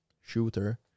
shooter